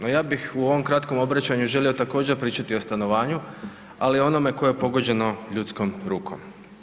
No, ja bih u ovom kratkom obraćanju želio također pričati o stanovanju, ali onome koje je pogođeno ljudskom rukom.